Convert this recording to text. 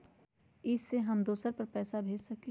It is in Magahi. इ सेऐ हम दुसर पर पैसा भेज सकील?